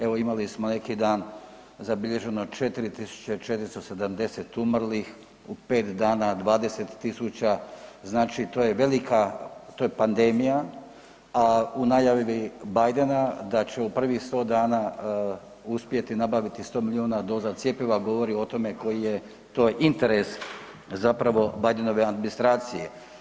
Evo imali smo neki dan zabilježeno 4470 umrlih, u 5 dana 20.000 znači to je velika, to je pandemija, a u najavi Bidena da će u prvih 100 dana uspjeti nabaviti 100 milijuna doza cjepiva govori o tome koji je to interes zapravo Bidenove administracije.